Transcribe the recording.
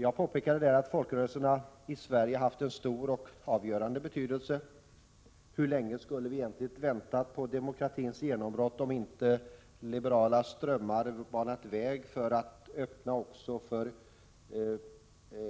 Jag påpekade där att folkrörelserna i Sverige haft en stor och avgörande betydelse. Hur länge skulle vi egentligen ha behövt vänta på demokratins genombrott, om inte liberala strömmar banat väg för att ett engagemang från